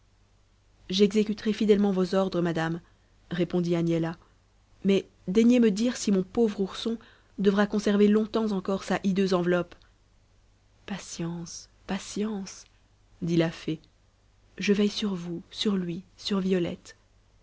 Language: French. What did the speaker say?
j'exécuterai fidèlement vos ordres madame répondit agnella mais daignez me dire si mon pauvre ourson devra conserver longtemps encore sa hideuse enveloppe patience patience dit la fée je veille sur vous sur lui sur violette